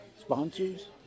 sponsors